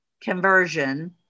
conversion